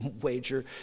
wager